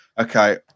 Okay